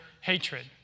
hatred